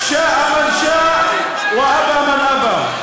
תקימו בסוריה, תקימו בעיראק, תקימו בסעודיה.